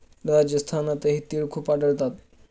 राजस्थानातही तिळ खूप आढळतात